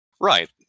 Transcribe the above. Right